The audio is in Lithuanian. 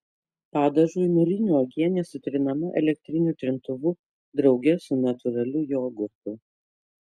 padažui mėlynių uogienė sutrinama elektriniu trintuvu drauge su natūraliu jogurtu